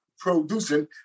producing